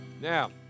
Now